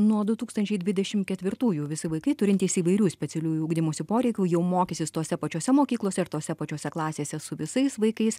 nuo du tūkstančiai dvidešim ketvirtųjų visi vaikai turintys įvairių specialiųjų ugdymosi poreikių jau mokysis tose pačiose mokyklose ir tose pačiose klasėse su visais vaikais